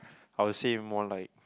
I would say more like